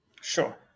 Sure